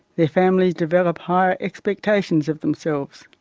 their families develop higher expectations of themselves.